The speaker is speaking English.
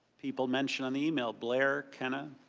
people mention an email. blair, mckenna,